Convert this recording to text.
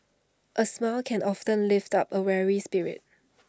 A smile can often lift up A weary spirit